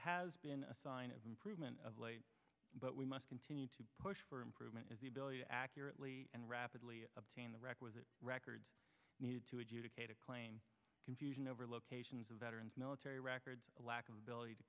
has been a sign of improvement of late but we must continue to push for improvement as the ability to accurately and rapidly obtain the requisite records needed to adjudicate a claim confusion over locations of veterans military records a lack of ability to